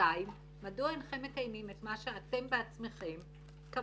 ושאלה שנייה היא מדוע אינכם מקיימים את מה שאתם בעצמכם קבעתם,